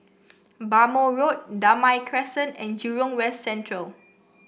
Bhamo Road Damai Crescent and Jurong West Central